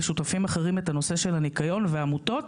עמותות